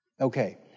Okay